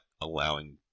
allowing